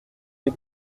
des